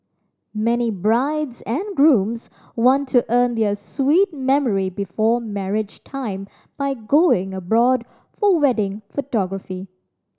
many brides and grooms want to earn their sweet memory before marriage time by going abroad for wedding photography